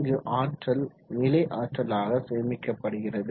இங்கு ஆற்றல் நிலை ஆற்றலாக சேமிக்கப்படுகிறது